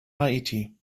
haiti